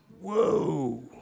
Whoa